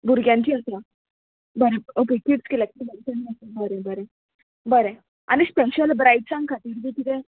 भुरग्यांची आसा बरें ओके किड्स कलॅक्टी आसा बरें बरें बरें आनी स्पेशल ब्रायड्सांक खातीर बी कितें